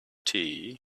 tea